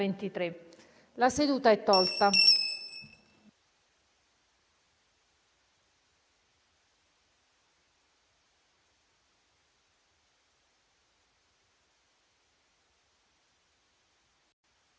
La seduta è tolta